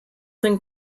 think